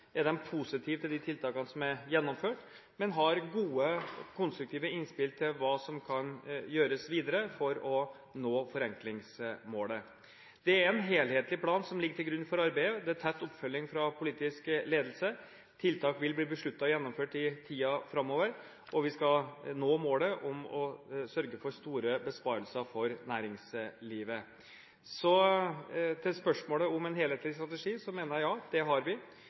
er de positive til de tiltakene som er gjennomført, men har gode, konstruktive innspill til hva som kan gjøres videre for å nå forenklingsmålet. Det er en helhetlig plan som ligger til grunn for arbeidet. Det er tett oppfølging fra politisk ledelse. Tiltak vil bli besluttet gjennomført i tiden framover, og vi skal nå målet om å sørge for store besparelser for næringslivet. Til spørsmålet om vi har en helhetlig strategi, mener jeg: Ja, det har vi.